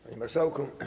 Panie Marszałku!